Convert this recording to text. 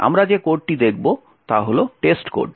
আমরা যে কোডটি দেখব তা হল টেস্টকোড